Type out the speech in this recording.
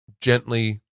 gently